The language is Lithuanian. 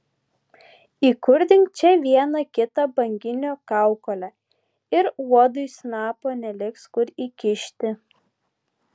įkurdink čia vieną kitą banginio kaukolę ir uodui snapo neliks kur įkišti